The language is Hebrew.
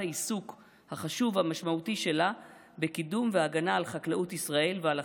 העיסוק החשוב והמשמעותי שלה בקידום והגנה על חקלאות ישראל ועל החקלאים,